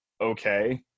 okay